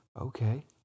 Okay